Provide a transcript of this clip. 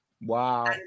wow